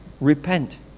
repent